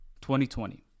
2020